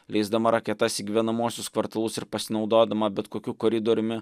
leisdama raketas į gyvenamuosius kvartalus ir pasinaudodama bet kokiu koridoriumi